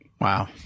Wow